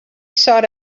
sought